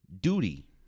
duty